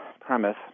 premise